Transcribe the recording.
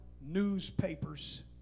newspapers